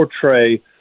portray